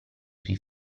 sui